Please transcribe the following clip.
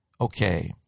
okay